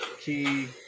Key